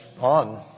on